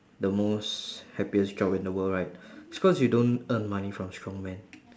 the most happiest job in the world right it's because you don't earn money from strongman